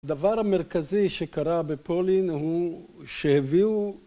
הדבר המרכזי שקרה בפולין הוא שהביאו